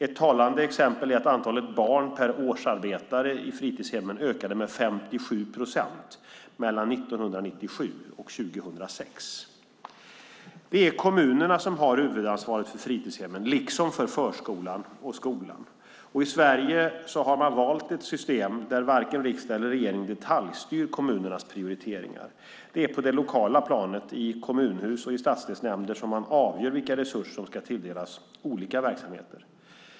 Ett talande exempel är att antalet barn per årsarbetare i fritidshemmen ökade med 57 procent mellan 1997 och 2006. Det är kommunerna som har huvudansvaret för fritidshemmen, liksom för förskolan och skolan. I Sverige har man valt ett system där varken riksdag eller regering detaljstyr kommunernas prioriteringar. Det är på det lokala planet, i kommunhus och stadsdelsnämnder, som man avgör vilka resurser som ska tilldelas olika verksamheter.